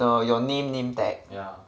the your your name name tag yeah